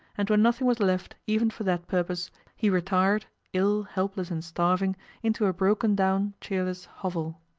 and when nothing was left, even for that purpose, he retired ill, helpless, and starving into a broken-down, cheerless hovel.